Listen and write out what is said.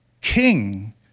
king